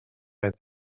est